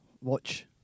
Watch